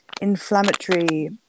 inflammatory